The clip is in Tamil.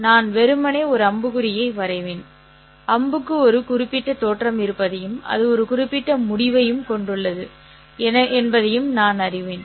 நான் வெறுமனே ஒரு அம்புக்குறியை வரைவேன் அம்புக்கு ஒரு குறிப்பிட்ட தோற்றம் இருப்பதையும் அது ஒரு குறிப்பிட்ட முடிவையும் கொண்டுள்ளது என்பதையும் நான் அறிவேன்